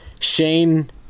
Shane